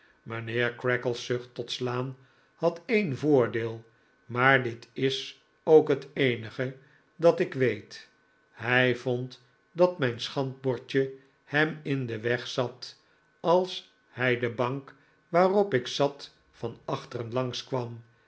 mijnheer creakle's zucht tot slaan had een voordeel maar dit is ook het eenige dat ik weet hij vond dat mijn schandbordje hem in den weg zat als hij de bank waarop ik zat van achteren